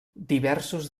diversos